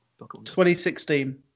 2016